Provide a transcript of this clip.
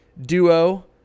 duo